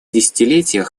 десятилетия